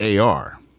AR